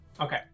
Okay